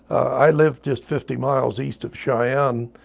i lived just fifty miles east of cheyenne,